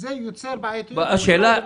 התכנית באה לייצר מצב משלים.